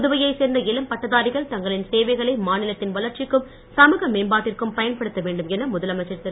புதுவையைச் சேர்ந்த இளம் பட்டதாரிகள் தங்களின் சேவைகளை மாநிலத்தின் வளர்ச்சிக்கும் சமூக மேம்பாட்டிற்கும் பயன்படுத்த வேண்டும் என முதலமைச்சர் திரு